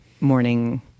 morning